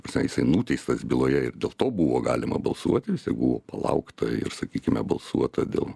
ta prasme jisai nuteistas byloje ir dėl to buvo galima balsuoti jisai buvo palaukta ir sakykime balsuota dėl